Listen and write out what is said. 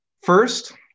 First